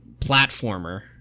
platformer